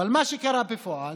מה שקרה בפועל,